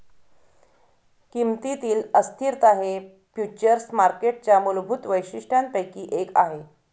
किमतीतील अस्थिरता हे फ्युचर्स मार्केटच्या मूलभूत वैशिष्ट्यांपैकी एक आहे